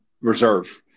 reserve